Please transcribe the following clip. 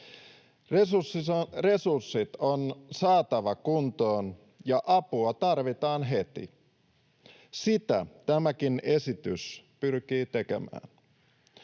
Resurssit on saatava kuntoon ja apua tarvitaan heti. Sitä tämäkin esitys pyrkii tekemään.